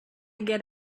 get